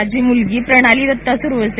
माझी मुलगी प्रणाली दत्ता सुरवसे